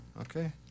Okay